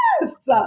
Yes